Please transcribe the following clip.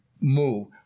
move